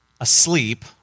asleep